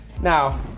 Now